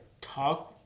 talk